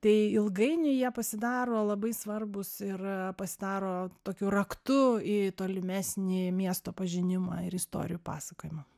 tai ilgainiui jie pasidaro labai svarbūs ir pasidaro tokiu raktu į tolimesnį miesto pažinimą ir istorijų pasakojimą